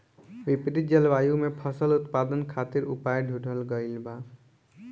विपरीत जलवायु में फसल उत्पादन खातिर उपाय ढूंढ़ल गइल बा